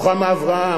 רוחמה אברהם.